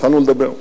והתחלנו לדבר.